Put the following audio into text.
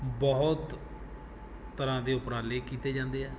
ਬਹੁਤ ਤਰ੍ਹਾਂ ਦੇ ਉਪਰਾਲੇ ਕੀਤੇ ਜਾਂਦੇ ਹੈ